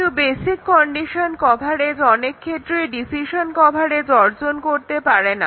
কিন্তু basic condition coverage অনেক ক্ষেত্রেই ডিসিশন কভারেজ অর্জন করতে পারেনা